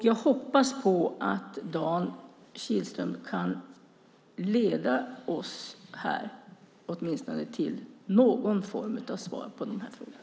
Jag hoppas att Dan Kihlström kan leda oss till åtminstone någon form av svar på de här frågorna.